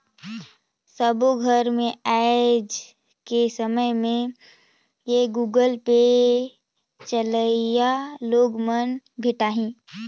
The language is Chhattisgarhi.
सबो घर मे आएज के समय में ये गुगल पे चलोइया लोग मन भेंटाहि